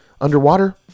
underwater